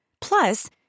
Plus